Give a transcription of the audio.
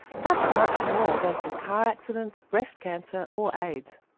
that's much more than from car accidents, breast cancer or aids.